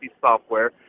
Software